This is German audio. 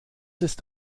ist